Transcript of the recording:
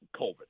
COVID